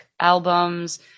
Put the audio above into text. albums